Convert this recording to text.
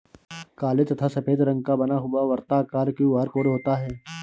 काले तथा सफेद रंग का बना हुआ वर्ताकार क्यू.आर कोड होता है